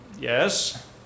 yes